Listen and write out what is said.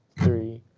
three,